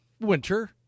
winter